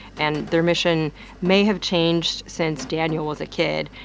and their mission may have changed since daniel was a kid,